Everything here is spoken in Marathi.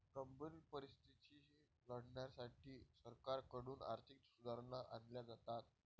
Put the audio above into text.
गंभीर परिस्थितीशी लढण्यासाठी सरकारकडून आर्थिक सुधारणा आणल्या जातात